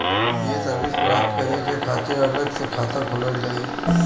ये सर्विस प्राप्त करे के खातिर अलग से खाता खोलल जाइ?